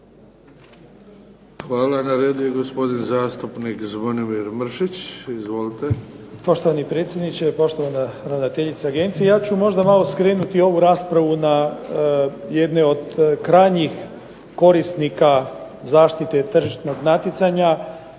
Hvala. Na redu je gospodin zastupnik Zvonimir Mršić. Izvolite. **Mršić, Zvonimir (SDP)** Poštovani predsjedniče, poštovana ravnateljice agencije ja ću možda malo skrenuti ovu raspravu na jedne od krajnjih korisnika zaštite tržišnog natjecanja